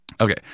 Okay